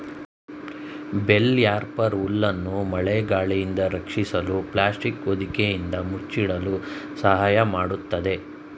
bale wrapper ಹುಲ್ಲನ್ನು ಮಳೆ ಗಾಳಿಯಿಂದ ರಕ್ಷಿಸಲು ಪ್ಲಾಸ್ಟಿಕ್ ಹೊದಿಕೆಯಿಂದ ಮುಚ್ಚಿಡಲು ಸಹಾಯ ಮಾಡತ್ತದೆ